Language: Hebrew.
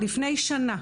לפני שנה,